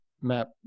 map